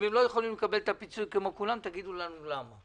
אם הם לא יכולים לקבל את הפיצוי כמו כולם תגידו לנו למה.